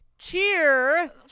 cheer